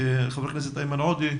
חבר הכנסת איימן עודה,